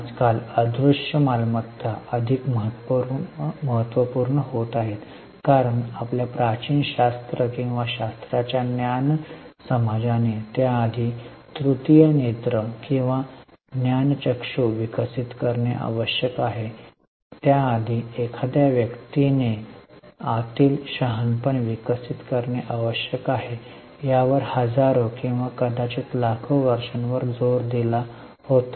आजकाल अमूर्त मालमत्ता अधिक महत्त्वपूर्ण होत आहेत कारण आपल्या प्राचीन शास्त्र किंवा शास्त्राच्या ज्ञान समाजाने त्याआधी तृतीय नेत्र किंवा ज्ञानचक्षू विकसित करणे आवश्यक आहे त्याआधी एखाद्या व्यक्तीने आतील शहाणपण विकसित करणे आवश्यक आहे यावर हजारो किंवा कदाचित लाखो वर्षांवर जोर दिला होता